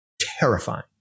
terrifying